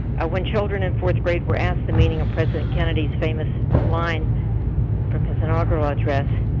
ah when children in fourth grade were asked the meaning of president kennedy' s famous line from his inaugural address,